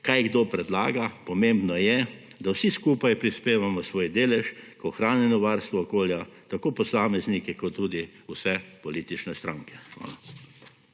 kaj kdo predlaga; pomembno je, da vsi skupaj prispevamo svoj delež k ohranjanju varstva okolja, tako posamezniki kot tudi vse politične stranke.